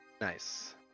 Nice